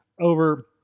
over